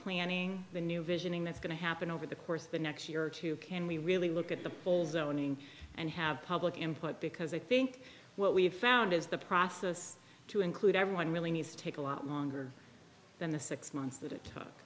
planning the new visioning that's going to happen over the course of the next year or two can we really look at the polls opening and have public input because i think what we've found is the process to include everyone really needs to take a lot longer than the six months that it took